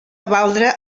valdre